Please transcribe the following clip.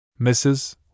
Mrs